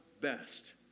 best